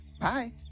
Bye